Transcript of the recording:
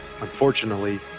Unfortunately